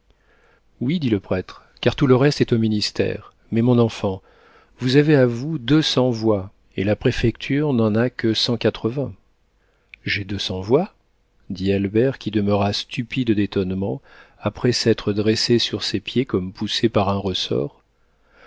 oui dit le prêtre car tout le reste est au ministère mais mon enfant vous avez à vous deux cents voix et la préfecture n'en a que cent quatre-vingts j'ai deux cents voix dit albert qui demeura stupide d'étonnement après s'être dressé sur ses pieds comme poussé par un ressort